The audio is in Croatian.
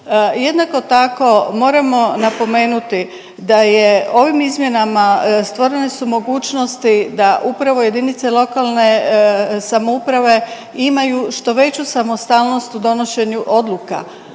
Jednako tako moramo napomenuti da je ovim izmjenama stvorene su mogućnosti da upravo jedinice lokalne samouprave imaju što veću samostalnost u donošenju odluka.